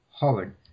Howard